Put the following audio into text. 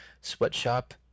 sweatshop